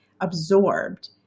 absorbed